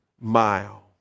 mile